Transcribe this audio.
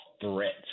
threat